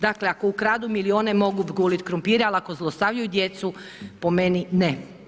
Dakle ako ukradu milijuna mogu guliti krumpire, ali ako zlostavljaju djecu po meni ne.